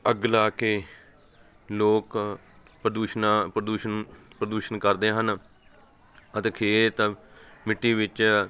ਅੱਗ ਲਾ ਕੇ ਲੋਕ ਪ੍ਰਦੂਸ਼ਣ ਪ੍ਰਦੂਸ਼ਣ ਪ੍ਰਦੂਸ਼ਣ ਕਰਦੇ ਹਨ ਅਤੇ ਖੇਤ ਮਿੱਟੀ ਵਿੱਚ